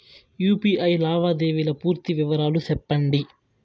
UPI లావాదేవీల పూర్తి వివరాలు సెప్పండి?